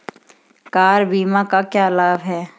Car बीमा का क्या लाभ है?